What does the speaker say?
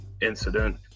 incident